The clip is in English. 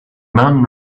mountain